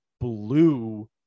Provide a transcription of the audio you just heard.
Blue